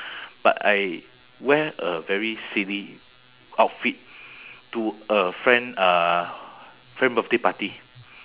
but I wear a very silly outfit to a friend uh friend birthday party